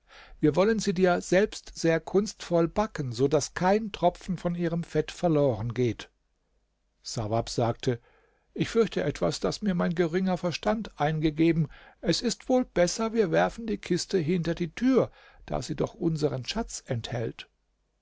wir wollen sie dir selbst sehr kunstvoll backen so daß kein tropfen von ihrem fett verloren geht sawab sagte ich fürchte etwas das mir mein geringer verstand eingegeben es ist wohl besser wir werfen die kiste hinter die tür da sie doch unseren schatz enthält